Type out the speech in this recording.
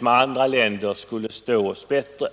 med andra länder.